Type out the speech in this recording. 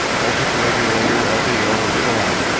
voltage regulator, ldo or so on,